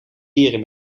dieren